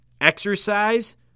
Exercise